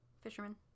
Fisherman